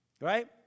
Right